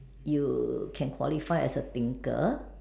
you can qualified as a thinker